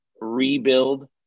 rebuild